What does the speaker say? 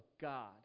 God